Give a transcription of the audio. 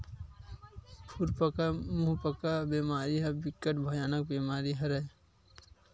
खुरपका मुंहपका बेमारी ह बिकट भयानक बेमारी हरय